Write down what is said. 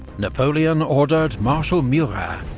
napoleon ordered marshal murat,